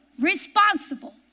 responsible